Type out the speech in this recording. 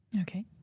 Okay